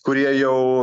kurie jau